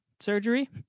surgery